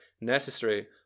necessary